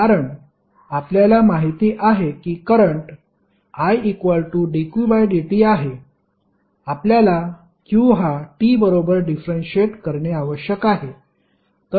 कारण आपल्याला माहिती आहे की करंट idqdt आहे आपल्याला q हा t बरोबर डिफरेन्शिएट करणे आवश्यक आहे